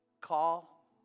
call